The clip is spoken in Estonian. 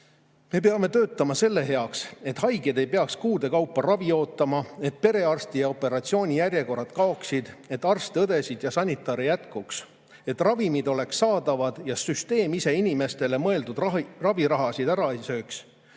Me peame töötama selle nimel, et haiged ei peaks kuude kaupa ravi ootama, et perearsti ja operatsiooni järjekorrad kaoksid, et arste, õdesid ja sanitare jätkuks, et ravimid oleks kättesaadavad ja süsteem ise inimestele mõeldud ravirahasid ära ei sööks.